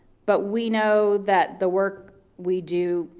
but we know that the work we do,